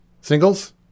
Singles